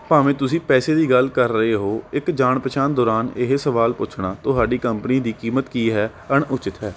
ਭਾਵੇਂ ਤੁਸੀਂ ਪੈਸੇ ਦੀ ਗੱਲ ਕਰ ਰਹੇ ਹੋ ਇੱਕ ਜਾਣ ਪਹਿਚਾਣ ਦੌਰਾਨ ਇਹ ਸਵਾਲ ਪੁੱਛਣਾ ਤੁਹਾਡੀ ਕੰਪਨੀ ਦੀ ਕੀਮਤ ਕੀ ਹੈ ਅਣਉੱਚਿਤ ਹੈ